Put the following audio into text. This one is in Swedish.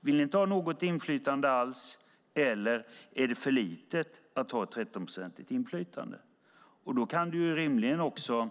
Vill ni inte ha något inflytande alls, eller är det för lite att ha ett 13-procentigt inflytande? Då kan du rimligen också